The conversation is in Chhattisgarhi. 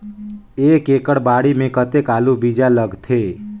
एक एकड़ बाड़ी मे कतेक आलू बीजा लगथे?